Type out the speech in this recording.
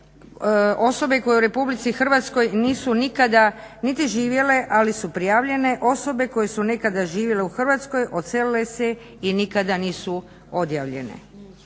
osobe koje u RH nisu nikada niti živjele ali su prijavljene, osobe koje su nekada živjele u Hrvatskoj, odselile se i nikada nisu odjavljene.